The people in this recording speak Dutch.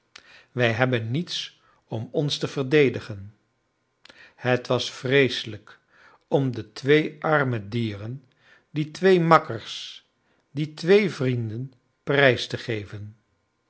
wij hebben niets om ons te verdedigen het was vreeselijk om de twee arme dieren die twee makkers die twee vrienden prijs te geven